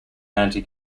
anti